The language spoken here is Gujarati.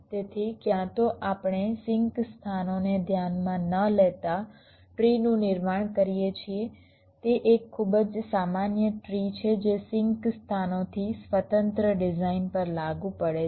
તેથી ક્યાં તો આપણે સિંક સ્થાનોને ધ્યાનમાં ન લેતા ટ્રીનું નિર્માણ કરીએ છીએ તે એક ખૂબ જ સામાન્ય ટ્રી છે જે સિંક સ્થાનોથી સ્વતંત્ર ડિઝાઇન પર લાગુ પડે છે